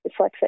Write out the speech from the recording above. dyslexic